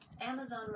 Amazon